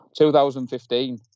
2015